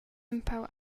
empau